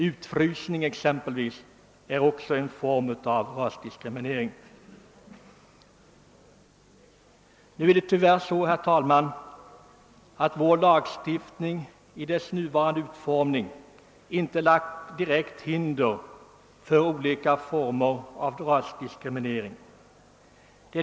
Utfrysning t.ex. är också en form av rasdiskriminering. Den nuvarande utformningen av vår lag hindrar tyvärr inte, herr talman, vissa former av rasdiskriminering.